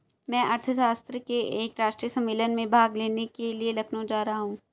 मैं अर्थशास्त्र के एक राष्ट्रीय सम्मेलन में भाग लेने के लिए लखनऊ जा रहा हूँ